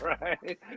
right